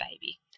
baby